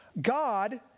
God